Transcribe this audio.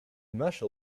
commercial